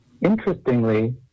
Interestingly